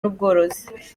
n’ubworozi